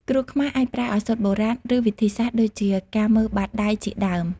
គ្រូខ្មែរអាចប្រើឱសថបុរាណ ឬវិធីសាស្ត្រដូចជា ការមើលបាតដៃជាដើម។